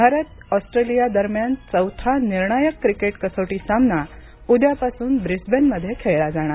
Bharat Australia दरम्यान चौथा निर्णायक कसोटी क्रिकेट सामना उद्यापासून ब्रिस्बेनमध्ये खेळला जाणार